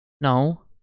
No